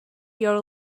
your